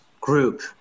group